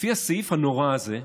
לפי הסעיף הנורא הזה,